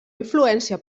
influència